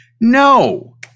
No